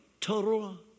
total